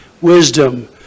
wisdom